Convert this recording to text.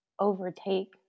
overtake